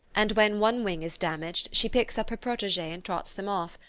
and when one wing is damaged she picks up her proteges and trots them off,